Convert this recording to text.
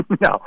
No